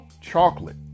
chocolate